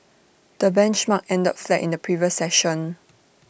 the benchmark ended flat in the previous session